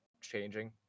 changing